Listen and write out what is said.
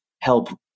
help